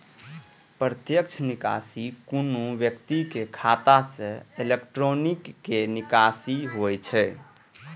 प्रत्यक्ष निकासी कोनो व्यक्तिक खाता सं इलेक्ट्रॉनिक निकासी होइ छै